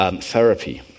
Therapy